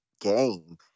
game